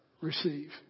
receive